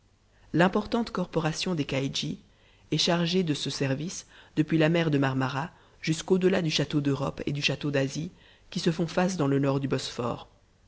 l'importante corporation des caïdjis est chargée de ce service depuis la mer de marmara jusqu'au delà du château d'europe et du château d'asie qui se font face dans le nord du bosphore